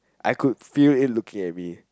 I could feel it looking at me